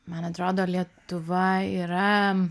man atrodo lietuva yra